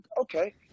okay